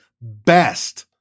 best